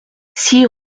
six